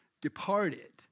departed